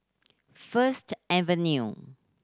First Avenue